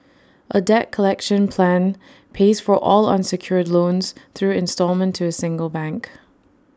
A debt collection plan pays for all unsecured loans through instalment to A single bank